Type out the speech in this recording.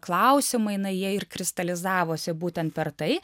klausimai na jie ir kristalizavosi būtent per tai